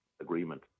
agreement